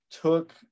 took